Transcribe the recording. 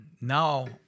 now